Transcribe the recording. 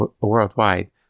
worldwide